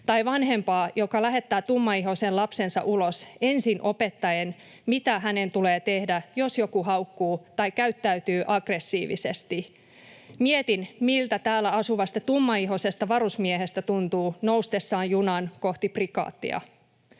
tai vanhempaa, joka lähettää tummaihoisen lapsensa ulos, ensin opettaen, mitä hänen tulee tehdä, jos joku haukkuu tai käyttäytyy aggressiivisesti. Mietin, miltä täällä asuvasta tummaihoisesta varusmiehestä tuntuu noustessaan junaan kohti prikaatia.